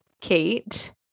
kate